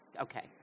Okay